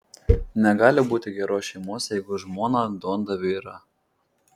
negali būti geros šeimos jeigu žmona duondaviu yra